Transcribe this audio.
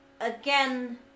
again